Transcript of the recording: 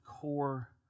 core